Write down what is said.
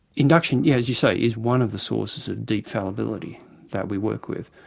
induction, yeah as you say, is one of the sources of deep fallibility that we work with.